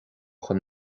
chun